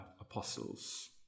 apostles